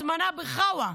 הזמנה בח'ווא,